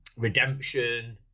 Redemption